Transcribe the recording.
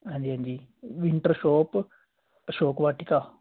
ਹਾਂਜੀ ਹਾਂਜੀ winter shop Ashok Vatika